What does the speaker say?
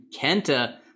Kenta